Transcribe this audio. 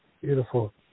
Beautiful